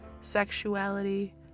sexuality